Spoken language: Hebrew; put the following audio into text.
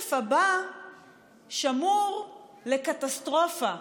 הכסף הבא שמור לקטסטרופה,